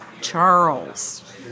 Charles